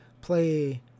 play